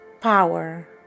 power